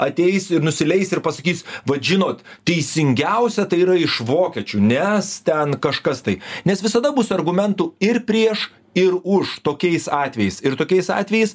ateis ir nusileis ir pasakys vat žinot teisingiausia tai yra iš vokiečių nes ten kažkas tai nes visada bus argumentų ir prieš ir už tokiais atvejais ir tokiais atvejais